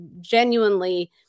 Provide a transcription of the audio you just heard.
genuinely